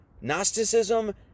Gnosticism